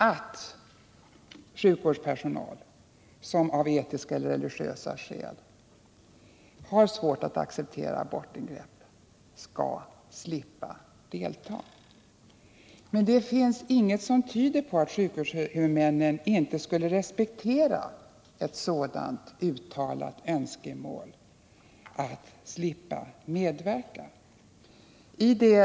Det finns emellertid inget som tyder på att sjukvårdshuvudmännen inte skulle respektera ett sådant uttalat önskemål om att slippa medverka vid aborter.